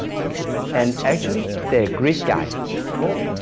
and actually they're greek guys ah both?